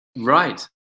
Right